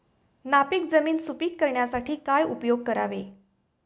नापीक जमीन सुपीक करण्यासाठी काय उपयोग करावे?